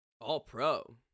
All-pro